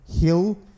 Hill